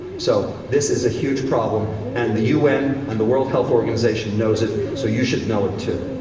so, this is a huge problem and the un and the world health organization knows it, so you should know it, too.